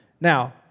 Now